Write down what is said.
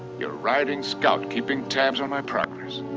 you're riding scout. keeping tabs on my progress.